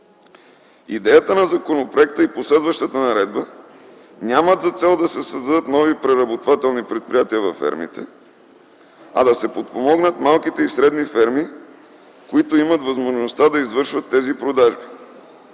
Идеята на законопроекта и последващата наредба нямат за цел да се създадат нови преработвателни предприятия във фермите, а да се подпомогнат малките и средни ферми, които да имат възможността да извършват тези продажби.